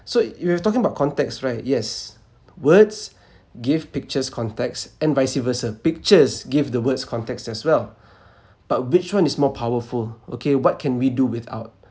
so you were talking about context right yes words give pictures context and vice versa pictures give the words context as well but which one is more powerful okay what can we do without